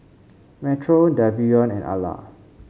Metro Davion and Alla